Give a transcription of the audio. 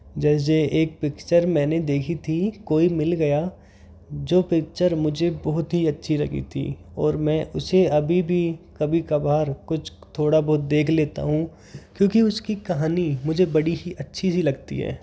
जैसे एक पिक्चर मैंने देखी थी कोई मिल गया जो पिक्चर मुझे बहुत ही अच्छी लगी थी और मैं उसे अभी भी कभी कभार कुछ थोड़ा बहुत देख लेता हूँ क्योंकि उसकी कहानी मुझे बड़ी ही अच्छी सी लगती है